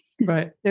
Right